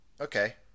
Okay